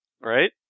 right